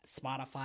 Spotify